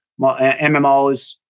MMOs